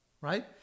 Right